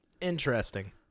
Interesting